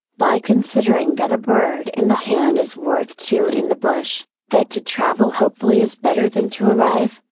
by considering that a bird in the hand is worth two in the bush, that to travel hopefully is better than to arrive,